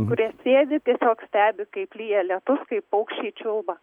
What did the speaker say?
kurie sėdi tiesiog stebi kaip lyja lietus kaip paukščiai čiulba